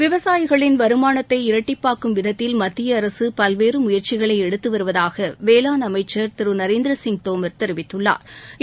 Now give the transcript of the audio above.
விவசாயிகளின் வருமானத்தை இரட்டிப்பாக்கும் விதத்தில் மத்திய அரசு பல்வேறு முயற்சிகளை எடுத்து வருவதாக மத்திய வேளாண் அமைச்சா் திரு நரேந்திரசிய் தோமா் தெரிவித்துள்ளாா்